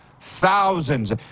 thousands